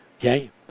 Okay